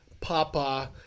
Papa